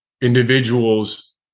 individuals